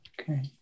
okay